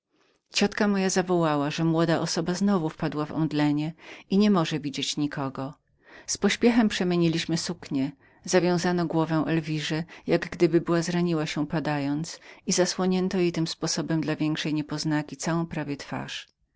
ciotka moja zawołała że młoda osoba znowu w padła w mdłości i niemogła widzieć nikogo z pośpiechem drugi raz przemieniliśmy suknie związano głowę elwirze jak gdyby była zraniła się padając i zasłonięto jej tym sposobem dla większej niepoznaki całą prawie twarz